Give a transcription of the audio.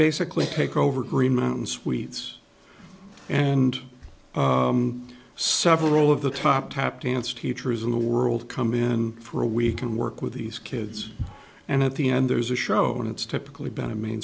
basically take over green mountain suites and several of the top tap dance teachers in the world come in for a week and work with these kids and at the end there's a show and it's typically been a main